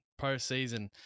postseason